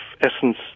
essence